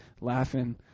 laughing